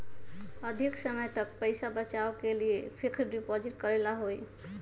अधिक समय तक पईसा बचाव के लिए फिक्स डिपॉजिट करेला होयई?